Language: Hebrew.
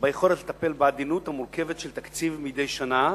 ביכולת לטפל בעדינות במורכבות של תקציב מדי שנה,